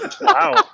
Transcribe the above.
Wow